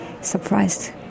surprised